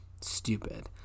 Stupid